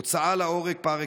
הוצאה להורג par excellence.